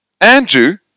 Andrew